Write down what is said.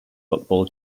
football